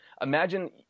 Imagine